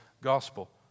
gospel